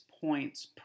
points